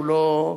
הוא לא,